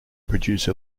produce